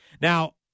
Now